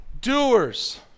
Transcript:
doers